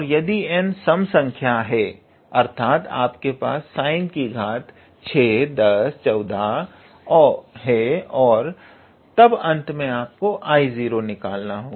और यदि n सम संख्या है तो इसका अर्थ हुआ आपके पास sine की घात 6 10 14 है और तब अंत में आपको 𝐼0 निकालना होगा